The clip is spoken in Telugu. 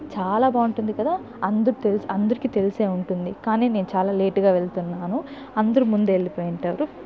చాలా బావుంటుంది కదా అందరీ అందరికీ తెలిసే ఉంటుంది కానీ నేను చాలా లేట్ గా వెళ్తున్నాను అందరూ ముందే వెళ్ళిపోయి ఉంటారు